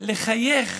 לחייך